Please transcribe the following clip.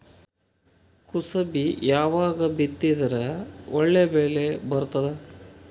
ಕುಸಬಿ ಯಾವಾಗ ಬಿತ್ತಿದರ ಒಳ್ಳೆ ಬೆಲೆ ಬರತದ?